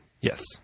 Yes